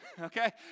okay